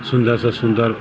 सुन्दर से सुन्दर